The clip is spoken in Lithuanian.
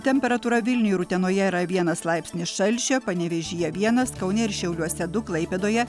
temperatūra vilniuj ir utenoje yra vienas laipsnis šalčio panevėžyje vienas kaune ir šiauliuose du klaipėdoje